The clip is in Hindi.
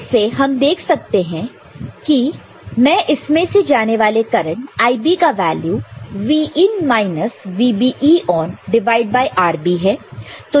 इससे हम देख सकते हैं मैं इसमें से जाने वाला करंट IB का value Vin minus VBE divide by RB है